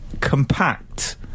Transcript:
compact